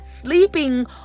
Sleeping